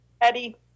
Eddie